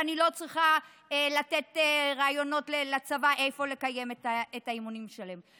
ואני לא צריכה לתת רעיונות לצבא איפה לקיים את האימונים שלו.